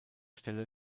stelle